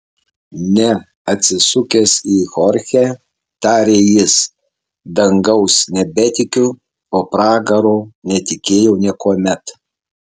ne atsisukęs į chorchę tarė jis dangaus nebetikiu o pragaro netikėjau niekuomet